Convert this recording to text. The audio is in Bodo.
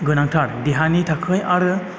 गोनांथार देहानि थाखाय आरो